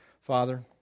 Father